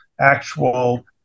actual